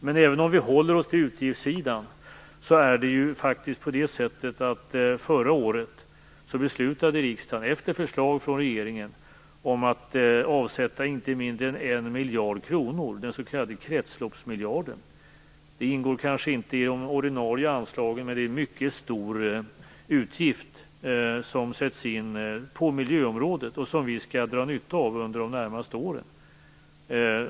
Men även om vi håller oss till utgiftssidan är det faktiskt på det sättet att riksdagen förra året, efter förslag från regeringen, beslutade om att avsätta inte mindre än 1 miljard kronor, den s.k. kretsloppsmiljarden. Det ingår kanske inte i de ordinarie anslagen, men det är en mycket stor utgift som sätts in på miljöområdet och som vi skall dra nytta av under de närmaste åren.